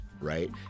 right